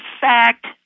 fact